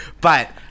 But-